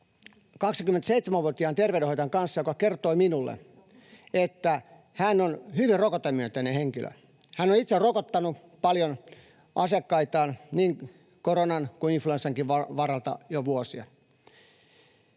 27-vuotiaan terveydenhoitajan kanssa, joka kertoi minulle, että hän on hyvin rokotemyönteinen henkilö. Hän on itse rokottanut paljon asiakkaitaan niin koronan kuin influenssankin varalta jo vuosia.